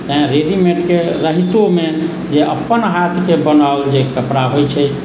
तैँ रेडीमेटके रहितोमे जे अपन हाथके बनाओल जे कपड़ा होइत छै